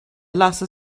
لحظه